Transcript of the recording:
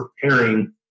preparing